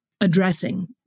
addressing